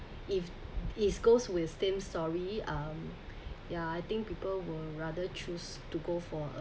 if is goes where same story um yeah I think people will rather choose to go for a